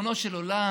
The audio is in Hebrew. ריבונו של עולם.